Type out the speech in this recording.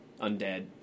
undead